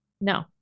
No